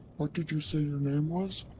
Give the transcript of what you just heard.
what did you say your name was?